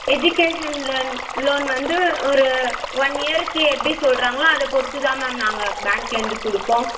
education loan வந்து ஒரு one இயருக்கு எப்படி சொல்கிறாங்களோ அதை பொறுத்துதான் மேம் நாங்கள் பேங்க்குலேருந்து கொடுப்போம்